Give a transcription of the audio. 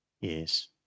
Yes